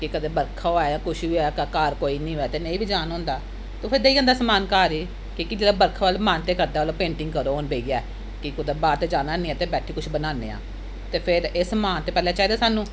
जे कदें बरखा होऐ कुछ बी होऐ घर कोई नेईं होऐ ते नेईं बी जान होंदा ते फिर देई जंदा समान घर गे कि के जेल्लै बरखा होऐ ओल्लै मन ते करदा ओल्लै पेंटिंग करो हून बेहियै कि कुतै बाह्र ते जाना हैन्नी ऐ ते बैठियै कुछ बनान्ने आं ते फिर एह् समान ते पैह्लें चाहिदा सानूं